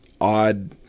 odd